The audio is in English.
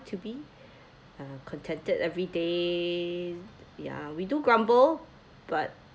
to be uh contented everyday ya we do grumble but